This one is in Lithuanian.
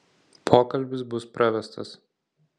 pokalbis bus pravestas